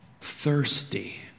thirsty